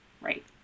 Right